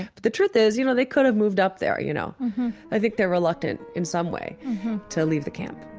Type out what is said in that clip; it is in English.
but the truth is, you know, they could have moved up there. you know i think they're reluctant in some way to leave the camp